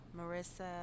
Marissa